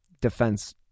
defense